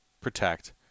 protect